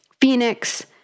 Phoenix